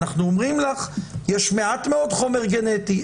אנחנו אומרים לך שיש מעט מאוד חומר גנטי,